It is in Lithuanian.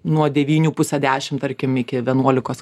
nuo devynių pusę dešim tarkim iki vienuolikos